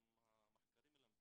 וגם המחקרים מלמדים,